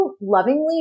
lovingly